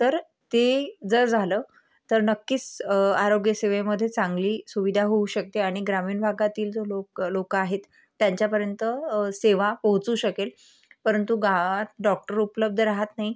तर ते जर झालं तर नक्कीच आरोग्य सेवेमध्ये चांगली सुविधा होऊ शकते आणि ग्रामीण भागातील जो लोकं लोकं आहेत त्यांच्यापर्यंत सेवा पोहचू शकेल परंतु गावात डॉक्टर उपलब्ध रहात नाही